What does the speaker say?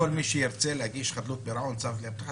שכל מי שירצה להגיש חדלות פירעון צריך גם